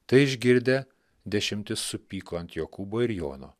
tai išgirdę dešimtis supyko ant jokūbo ir jono